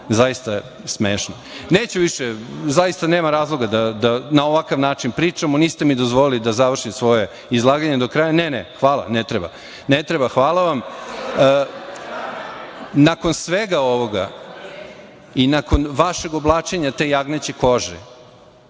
Zaista smešno. Neću više, zaista nema razloga da na ovakav način pričamo, niste mi dozvolili da završim svoje izlaganje do kraja. Ne, ne hvala, ne treba. Ne treba, hvala vam. Nakon svega ovoga i nakon vašeg oblačenja te „jagnjeće kože“